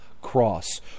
cross